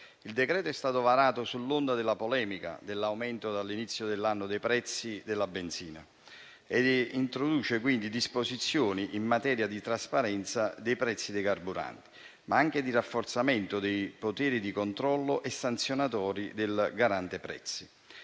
in discussione è stato varato sull'onda della polemica dell'aumento, dall'inizio dell'anno, dei prezzi dei carburanti e introduce disposizioni in materia di trasparenza dei prezzi dei carburanti, ma anche di rafforzamento dei poteri di controllo e sanzionatori del Garante per